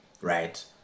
right